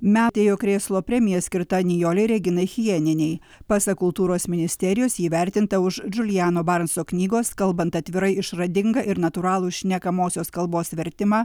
metė jo krėslo premija skirta nijolei reginai hieninei pasak kultūros ministerijos ji įvertinta už džulijano barenso o knygos kalbant atvirai išradingą ir natūralų šnekamosios kalbos vertimą